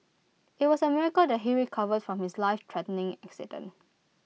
IT was A miracle that he recovered from his lifethreatening accident